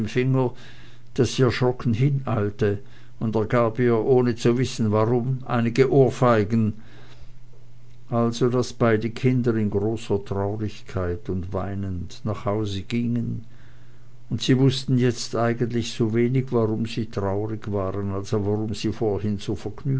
hineilte und er gab ihr ohne zu wissen warum einige ohrfeigen also daß beide kinder in großer traurigkeit und weinend nach hause gingen und sie wußten jetzt eigentlich sowenig warum sie so traurig waren als warum sie vorhin